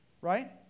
right